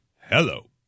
hello